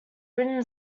written